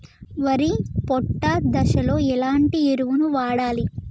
వరి పొట్ట దశలో ఎలాంటి ఎరువును వాడాలి?